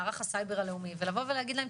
מערך הסייבר הלאומי ולבוא ולהגיד להם,